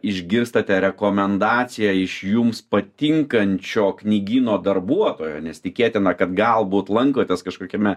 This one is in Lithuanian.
išgirstate rekomendaciją iš jums patinkančio knygyno darbuotojo nes tikėtina kad galbūt lankotės kažkokiame